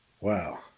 Wow